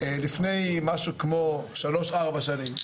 לפני משהו כמו שלוש ארבע שנים,